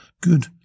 good